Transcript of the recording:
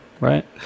right